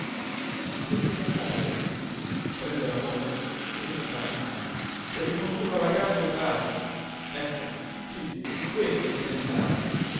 che doveva fare adesso prendere la moglie senza farle male e ricondurla alla casa del padre ecco sí questo si meritava